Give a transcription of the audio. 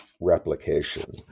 replication